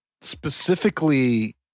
specifically